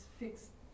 fixed